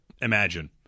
imagine